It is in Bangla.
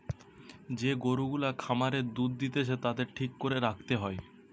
যে গরু গুলা খামারে দুধ দিতেছে তাদের ঠিক করে রাখতে হয়